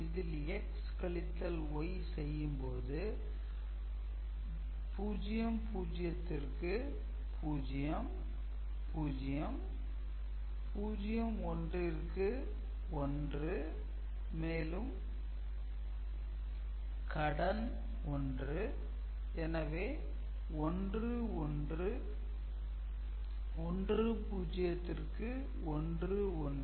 இதில் x கழித்தலி செய்யும் போது 0 0 விற்கு 0 0 0 1 ற்கு 1 மேலும் கடன் 1 எனவே 1 1 1 0 ற்கு 1 1